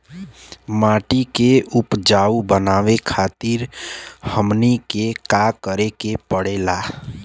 माटी के उपजाऊ बनावे खातिर हमनी के का करें के पढ़ेला?